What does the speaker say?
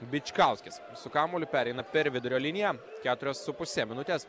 bičkauskis su kamuoliu pereina per vidurio liniją keturios su puse minutes